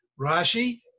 Rashi